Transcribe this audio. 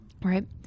right